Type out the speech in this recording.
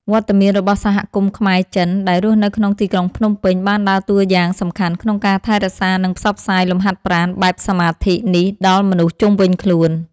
វត្តមានរបស់សហគមន៍ខ្មែរ-ចិនដែលរស់នៅក្នុងទីក្រុងភ្នំពេញ បានដើរតួយ៉ាងសំខាន់ក្នុងការថែរក្សា និងផ្សព្វផ្សាយលំហាត់ប្រាណបែបសមាធិនេះដល់មនុស្សជុំវិញខ្លួន។